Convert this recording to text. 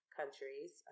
countries